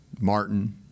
Martin